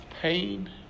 pain